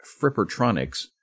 Frippertronics